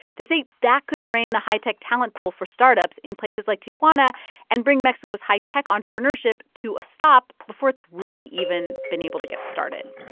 they say that could drain the high-tech talent pool for startups in places like tijuana and bring mexico's high-tech entrepreneurship to a stop before it's really even been able able to get started